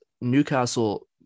Newcastle